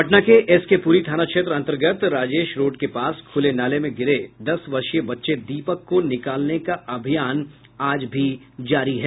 पटना के एसके पूरी थाना क्षेत्र अन्तर्गत राजेश रोड के पास खूले नाले में गिरे दस वर्षीय बच्चे दीपक को निकालने का अभियान आज भी जारी है